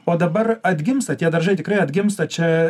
o dabar atgimsta tie daržai tikrai atgimsta čia